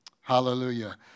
Hallelujah